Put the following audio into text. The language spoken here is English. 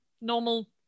normal